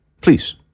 Please